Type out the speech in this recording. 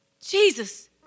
Jesus